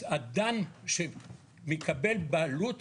אז אדם שמקבל בעלות